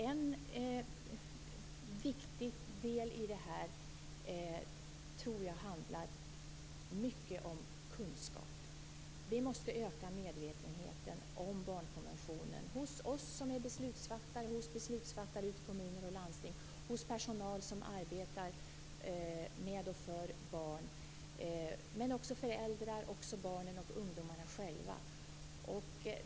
En viktig del i det här tror jag handlar mycket om kunskap. Vi måste öka medvetenheten om barnkonventionen hos oss som är beslutsfattare, hos beslutsfattare ute i kommuner och landsting, hos personal som arbetar med och för barn, men också hos föräldrar och barnen och ungdomarna själva.